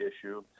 issue